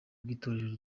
bw’itorero